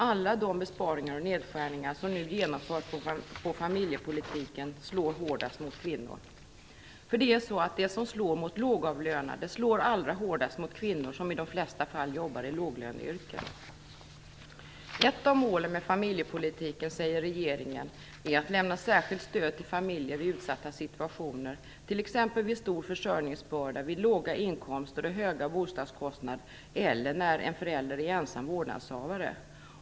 Alla de besparingar och nedskärningar som nu genomförs på familjepolitiken slår hårdast mot kvinnor - det som slår mot lågavlönade slår allra hårdast mot kvinnor, som i de flesta fall jobbar i låglöneyrken. Ett av målen med familjepolitiken, säger regeringen, är att lämna särskilt stöd till familjer i utsatta situationer, t.ex. vid stor försörjningsbörda, vid låga inkomster och höga bostadskostnader eller när en förälder är ensam vårdnadshavare.